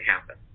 happen